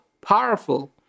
powerful